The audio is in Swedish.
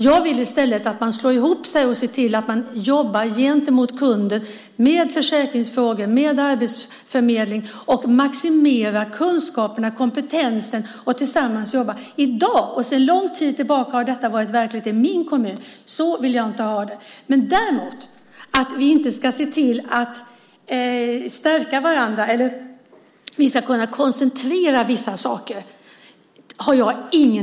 Jag vill i stället att man slår ihop verksamheter och jobbar gentemot kunden med försäkringsfrågor och arbetsförmedling och att man maximerar kunskaperna och kompetensen och jobbar tillsammans. Sedan lång tid tillbaka är detta med de fyra timmarna verklighet i min hemkommun. Så vill jag inte ha det. Men däremot har jag ingenting emot att vi ska kunna koncentrera vissa saker.